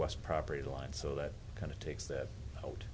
west property line so that kind of takes that out